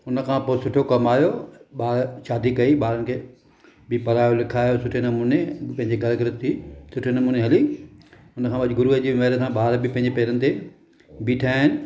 हुन खां पो सुठो कमायो ॿार शादी कई ॿारनि खे बि पढ़ायो लिखायो सुठे नमुने पंहिंजी घर ग्रहस्ती सुठे नमुने हली हुन खां पोइ अॼु गुरूअ जी मेहर सां ॿार बि पंहिंजे पेरनि ते बीठा आहिनि